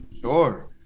Sure